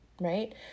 right